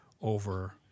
over